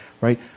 right